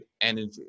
energy